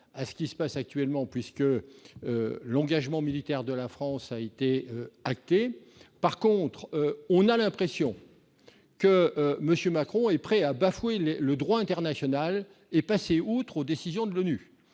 à ce qui se passe actuellement puisque l'engagement militaire de la France a été acté. En revanche, on a l'impression que M. Macron est prêt à bafouer le droit international et à passer outre aux décisions de l'ONU.